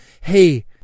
hey